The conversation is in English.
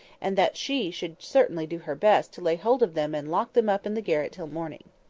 and that she should certainly do her best to lay hold of them and lock them up in the garret till morning.